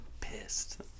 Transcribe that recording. pissed